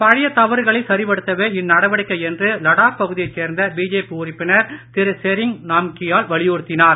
பழைய தவறுகளை சரிபடுத்தவே இந்நடவடிக்கை என்று லடாக் பகுதியைச் சேர்ந்த பிஜேபி உறுப்பினர் திரு செரிங் நாம்கியால் வலியுறுத்தினார்